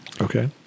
Okay